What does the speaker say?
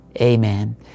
amen